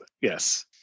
Yes